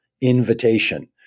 invitation